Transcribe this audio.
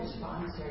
sponsor